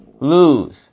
lose